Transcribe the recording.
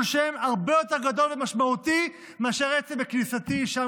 השם הרבה יותר גדול ומשמעותי מאשר עצם כניסתי שם,